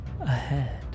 ahead